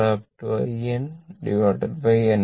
In n ആണ്